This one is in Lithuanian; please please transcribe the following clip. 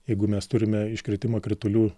jeigu mes turime iškritimą kritulių